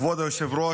כבוד היושב-ראש,